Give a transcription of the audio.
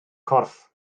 corff